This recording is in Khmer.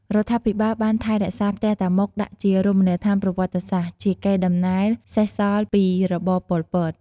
រដ្ឋាភិបាលបានថែរក្សាផ្ទះតាម៉ុកដាក់ជារមនីយដ្ឋានប្រវត្តិសាស្ត្រ ជាកេរ្តិ៍ដំណែលសេសសល់ពីរបបប៉ុលពត។